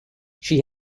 she